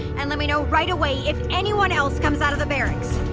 and let me know right away if anyone else comes out of the barracks!